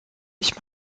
ich